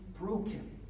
broken